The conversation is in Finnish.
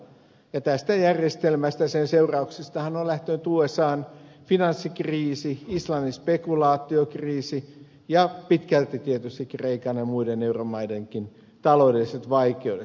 ja tästä järjestelmästä sen seurauksistahan on lähtenyt usan finanssikriisi islannin spekulaatiokriisi ja pitkälti tietysti kreikan ja muiden euromaidenkin taloudelliset vaikeudet